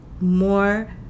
more